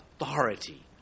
authority